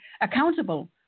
Accountable